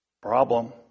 Problem